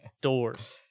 Doors